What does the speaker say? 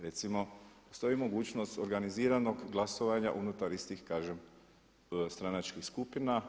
Recimo postoji mogućnost organiziranog glasovanja unutar istih kažem stranačkih skupina.